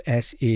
SA